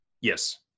Yes